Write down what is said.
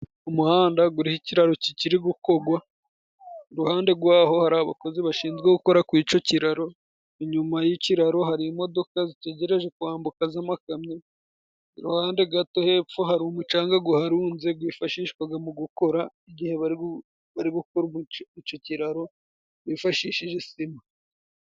Umuhanda guriho ikiraro kikiri gukogwa, iruhande rw'aho hari abakozi bashinzwe gukora ku ico kiraro, inyuma y'ikiraro hari imodoka zitegereje kwambuka z'amakamyo, iruhande gato hepfo hari umucanga guharunze, gwifashishwaga mu gukora igihe bari gukora ico kiraro bifashishije sima.